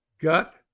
gut